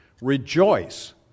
Rejoice